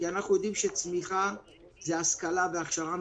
ככה אתם